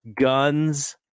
guns